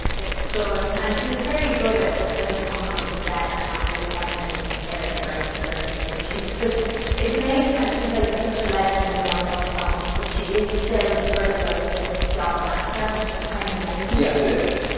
it's good. and she was very good at just sort of coming onto set and not really having any airs and graces or anything. like she's such it's amazing that she's, like, such a legend and we all love her so much, but she is still sort of like this jobbing actor, which is kind of amazing. yes, it is.